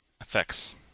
effects